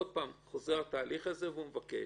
עוד פעם חוזר התהליך הזה והוא מבקש.